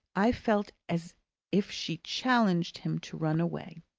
i felt as if she challenged him to run away.